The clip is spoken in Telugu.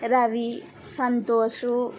రవి సంతోషు